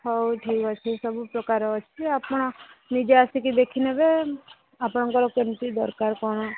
ହଉ ଠିକ୍ ଅଛି ସବୁ ପ୍ରକାର ଅଛି ଆପଣ ନିଜେ ଆସିକି ଦେଖି ନେବେ ଆପଣଙ୍କର କେମିତି ଦରକାର କ'ଣ